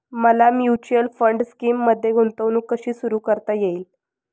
मला mutual fund स्कीममध्ये गुंतवणूक कशी सुरू करता येईल?